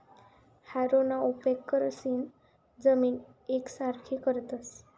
हॅरोना उपेग करीसन जमीन येकसारखी करतस